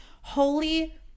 holy